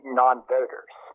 non-voters